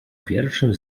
pierwszym